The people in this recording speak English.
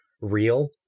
real